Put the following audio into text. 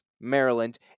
Maryland